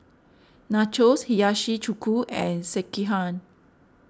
Nachos Hiyashi Chuka and Sekihan